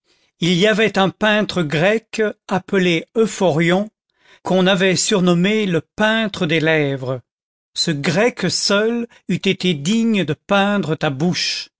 il y avait un peintre grec appelé euphorion qu'on avait surnommé le peintre des lèvres ce grec seul eût été digne de peindre ta bouche